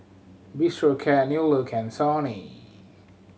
Bistro Cat New Look and Sony